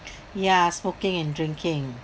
yeah smoking and drinking